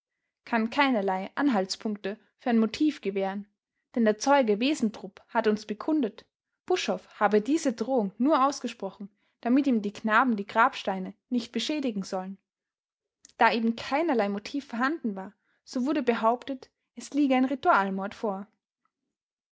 kann keinerlei anhaltspunkte für ein motiv gewähren denn der zeuge wesendrup hat uns bekundet buschhoff habe diese drohung nur ausgesprochen damit ihm die knaben die grabsteine nicht beschädigen sollen da eben keinerlei motiv vorhanden war so wurde behauptet es liege ein ritualmord vor